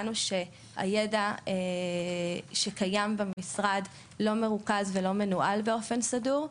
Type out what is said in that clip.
מצאנו שהידע שקיים במשרד לא מרוכז ולא מנוהל באופן סדור,